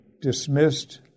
dismissed